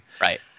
Right